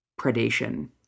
predation